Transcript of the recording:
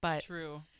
True